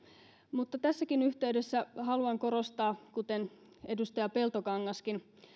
mutta tässäkin yhteydessä haluan korostaa kuten edustaja peltokangaskin